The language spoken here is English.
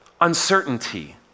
uncertainty